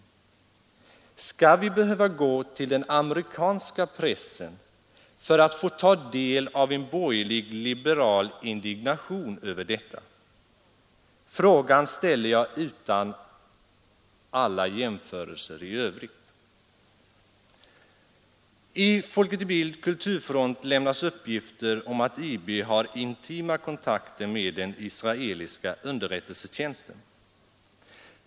verksamhet Skall vi behöva gå till den amerikanska pressen för att få ta del av en borgerlig-liberal indignation över detta? Frågan ställer jag utan alla jämförelser i övrigt. I Folket i Bild kulturfront lämnas uppgifter om att IB har intima kontakter med den israeliska underrättelsetjänsten.